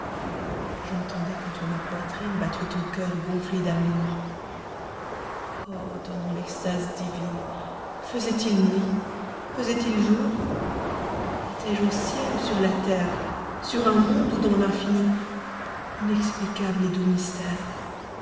j'entendais contre ma poitrine battre ton coeur gonflé d'amour oh dans mon extase divine faisait-il nuit faisait-il jour etais je au ciel ou sur la terre sur un monde ou dans l'infini inexplicable et doux mystère